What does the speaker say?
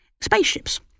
spaceships